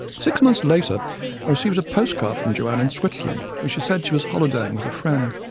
six months later i received a postcard from joanne in switzerland, where she said she was holidaying with a friend.